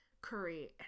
curry